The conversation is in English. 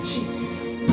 Jesus